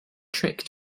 trick